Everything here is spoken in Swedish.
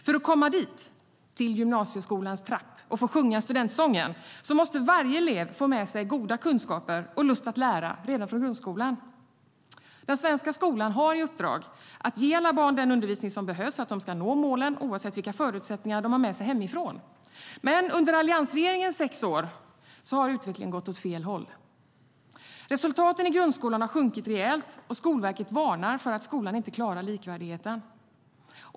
För att komma dit, till gymnasieskolans trappa och få sjunga studentsången, måste varje elev få med sig goda kunskaper och lust att lära redan från grundskolan. Den svenska skolan har i uppdrag att ge alla barn den undervisning som behövs för att de ska nå målen oavsett vilka förutsättningar de har med sig hemifrån. Men under alliansregeringens sex år har utvecklingen gått åt fel håll. Resultaten i grundskolan har sjunkit rejält, och Skolverket varnar för att skolan inte klarar likvärdigheten.